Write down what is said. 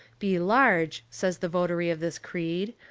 be large, says the votary of this creed,